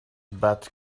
bat